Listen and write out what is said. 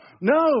No